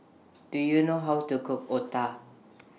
Do YOU know How to Cook Otah